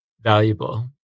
valuable